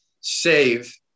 save